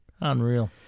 Unreal